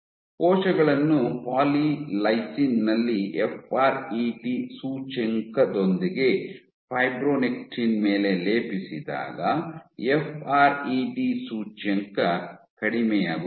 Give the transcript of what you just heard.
ಕೋಶಗಳನ್ನು ಪಾಲಿಲೈಸಿನ್ ನಲ್ಲಿ F R E T ಸೂಚ್ಯಂಕದೊಂದಿಗೆ ಫೈಬ್ರೊನೆಕ್ಟಿನ್ ಮೇಲೆ ಲೇಪಿಸಿದಾಗ ಎಫ್ ಆರ್ ಇ ಟಿ ಸೂಚ್ಯಂಕ ಕಡಿಮೆಯಾಗುತ್ತದೆ